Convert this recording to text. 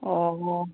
ꯑꯣ